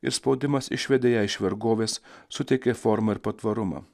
ir spaudimas išvedė ją iš vergovės suteikė formą ir patvarumą